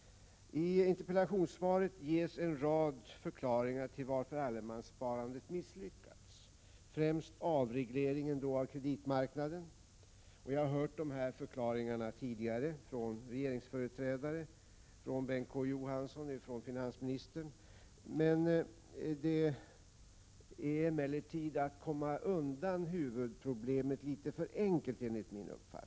I interpellationssvaret ges en rad förklaringar till varför allemanssparandet misslyckats, främst avreglering av kreditmarknaden. Jag har hört dessa förklaringar tidigare från regeringsföreträdare, från Bengt K Å Johansson och finansministern. Det är emellertid att komma undan huvudproblemet litet för enkelt.